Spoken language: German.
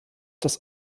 das